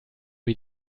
wie